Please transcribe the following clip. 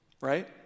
right